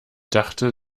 dachte